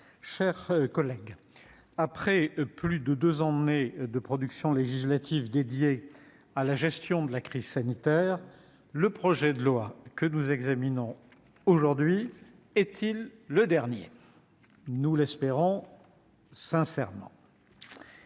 chers collègues, après plus de deux années de productions législatives dédiées à la gestion de la crise sanitaire, le projet de loi que nous examinons aujourd'hui est-il le dernier ? Nous l'espérons sincèrement.